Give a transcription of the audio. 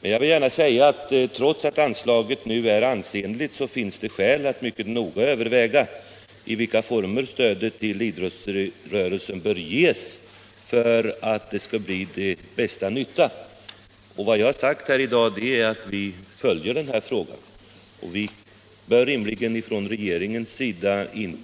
Men jag vill gärna säga att Torsdagen den trots att anslaget nu är ansenligt så finns det skäl att mycket noga överväga 31 mars 1977 i vilka former stödet till idrottsrörelsen bör ges för att bli till bästa nytta. Vi följer den här frågan, men vi bör rimligen från regeringens sida Om